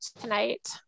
tonight